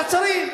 וועדת שרים,